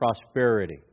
prosperity